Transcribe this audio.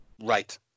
Right